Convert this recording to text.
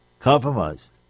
Compromised